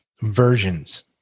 versions